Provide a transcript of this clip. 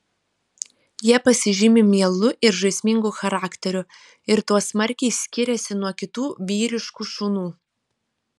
jie pasižymi mielu ir žaismingu charakteriu ir tuo smarkiai skiriasi nuo kitų vyriškų šunų